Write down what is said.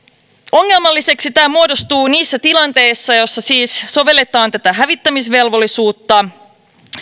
ongelmalliseksi tämä muodostuu niissä tilanteissa joissa siis sovelletaan tätä hävittämisvelvollisuutta